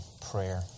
prayer